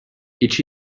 each